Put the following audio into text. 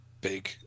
big